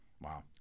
Wow